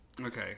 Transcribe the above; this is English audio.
Okay